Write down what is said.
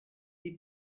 sie